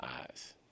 eyes